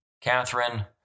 Catherine